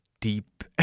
deep